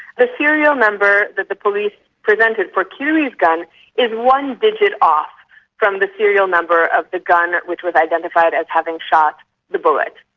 the serial number that the police presented for kirui's gun is one digit off from the serial number of the gun which was identified as having shot the bullet.